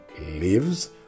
lives